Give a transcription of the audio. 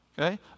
Okay